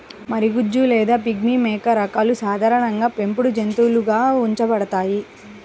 మరగుజ్జు లేదా పిగ్మీ మేక రకాలు సాధారణంగా పెంపుడు జంతువులుగా ఉంచబడతాయి